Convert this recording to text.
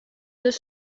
deux